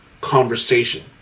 conversation